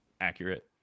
accurate